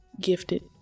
gifted